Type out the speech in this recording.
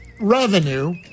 revenue